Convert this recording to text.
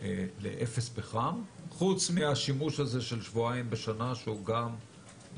לאפס פחם חוץ מהשימוש הזה של שבועיים בשנה שנאמר,